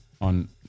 on